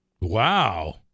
Wow